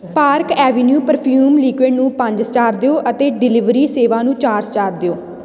park Avenue perfume liquid ਨੂੰ ਪੰਜ star ਦਿਓ ਅਤੇ ਡਿਲੀਵਰੀ ਸੇਵਾ ਨੂੰ ਚਾਰ ਸਟਾਰ ਦਿਓ